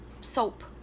soap